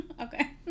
Okay